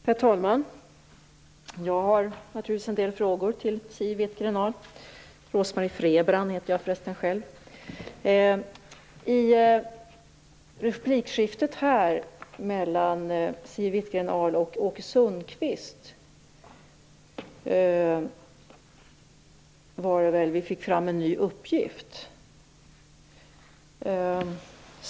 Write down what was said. Herr talman! Jag har naturligtvis en del frågor till Siw Wittgren-Ahl. Rose-Marie Frebran heter jag för resten själv. Sundqvist fick vi en ny uppgift.